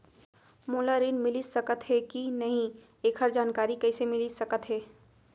मोला ऋण मिलिस सकत हे कि नई एखर जानकारी कइसे मिलिस सकत हे?